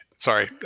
Sorry